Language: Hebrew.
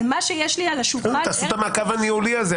על מה שיש לי על השולחן --- אז תעשו את המעקב הניהולי הזה.